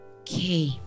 okay